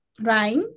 right